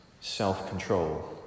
self-control